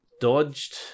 dodged